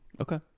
Okay